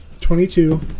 twenty-two